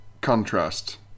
contrast